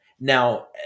now